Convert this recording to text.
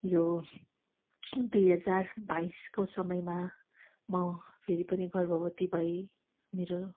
यो दुई हजार बाइसको समयमा म फेरि पनि गर्भवती भएँ मेरो